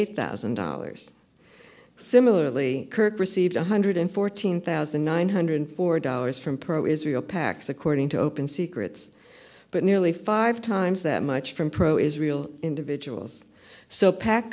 eight thousand dollars similarly kirk received one hundred fourteen thousand nine hundred four dollars from pro israel pax according to open secrets but nearly five times that much from pro israel individuals so packed